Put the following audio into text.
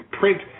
print